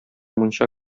мунча